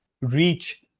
reach